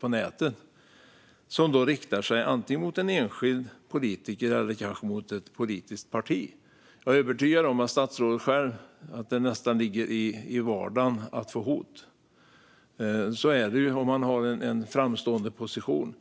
på nätet som riktas mot antingen en enskild politiker eller kanske ett politiskt parti. Jag är övertygad om att det nästan är en del av statsrådets vardag att ta emot hot. Så är det om man har en framstående position.